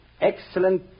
Excellent